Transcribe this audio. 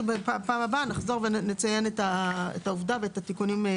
בפעם הבאה רק נחזור ונציין את העובדה ואת התיקונים,